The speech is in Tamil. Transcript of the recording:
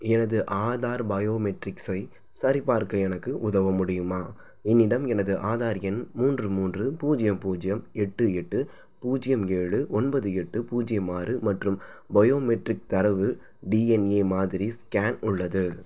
எனது ஆதார் பயோமெட்ரிக்ஸை சரிபார்க்க எனக்கு உதவ முடியுமா என்னிடம் எனது ஆதார் எண் மூன்று மூன்று பூஜ்யம் பூஜ்யம் எட்டு எட்டு பூஜ்யம் ஏழு ஒன்பது எட்டு பூஜ்யம் ஆறு மற்றும் பயோமெட்ரிக் தரவு டிஎன்ஏ மாதிரி ஸ்கேன் உள்ளது